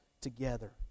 together